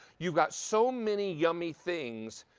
you've got so many yummy things,